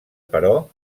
però